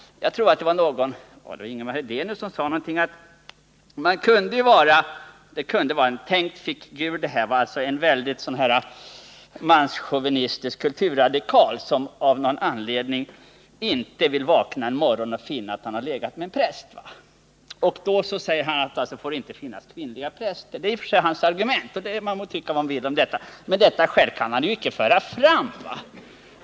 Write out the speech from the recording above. Jag tror att det var Ingemar Hedenius som berättade om en tänkt figur, en manschauvinistisk kulturradikal, som av någon anledning inte ville vakna en morgon och finna att han hade legat med en präst. Alltså bör det inte finnas kvinnliga präster — det är hans argument. Men det skälet kan han inte föra fram.